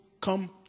come